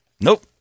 Nope